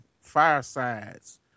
firesides